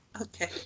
Okay